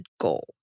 goal